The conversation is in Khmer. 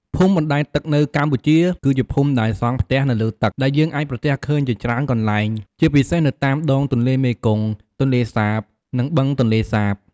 ភូមិបណ្ដែតទឹកនៅកម្ពុជា គឺជាភូមិដែលសង់ផ្ទះនៅលើទឹក ដែលយើងអាចប្រទះឃើញជាច្រើនកន្លែង ជាពិសេសនៅតាមដងទន្លេមេគង្គ ទន្លេសាប និងបឹងទន្លេសាប។